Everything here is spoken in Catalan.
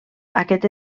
aquest